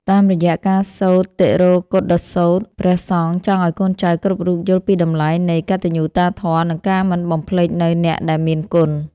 តាមរយៈការសូត្រតិរោកុឌ្ឍសូត្រ ព្រះសង្ឃចង់ឱ្យកូនចៅគ្រប់រូបយល់ពីតម្លៃនៃ កតញ្ញូតាធម៌ និងការមិនបំភ្លេចនូវអ្នកដែលមានគុណ។